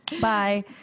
Bye